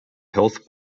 health